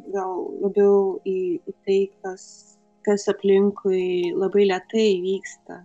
gal daugiau į į tai kas kas aplinkui labai lėtai vyksta